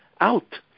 out